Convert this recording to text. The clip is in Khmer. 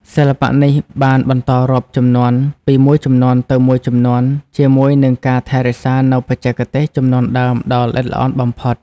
សិល្បៈនេះបានបន្តរាប់ជំនាន់ពីមួយជំនាន់ទៅមួយជំនាន់ជាមួយនឹងការថែរក្សានូវបច្ចេកទេសជំនាន់ដើមដ៏ល្អិតល្អន់បំផុត។